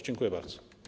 Dziękuję bardzo.